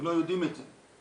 הם לא יודעים את זה.